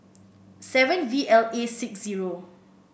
seven V L A six zero